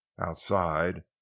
Outside